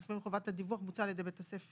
אז פה חובת הדיווח בוצע על ידי בית הספר